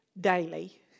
daily